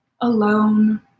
alone